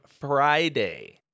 Friday